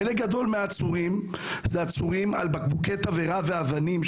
חלק גדול מהעצורים נעצרו על בקבוקי תבערה ואבנים.